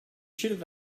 should